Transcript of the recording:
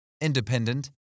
independent